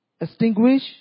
extinguish